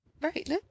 Right